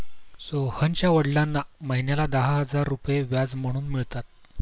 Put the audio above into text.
सोहनच्या वडिलांना महिन्याला दहा हजार रुपये व्याज म्हणून मिळतात